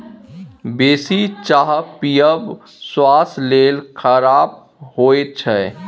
बेसी चाह पीयब स्वास्थ्य लेल खराप होइ छै